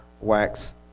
wax